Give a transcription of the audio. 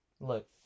Look